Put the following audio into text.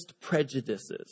prejudices